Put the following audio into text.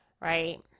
right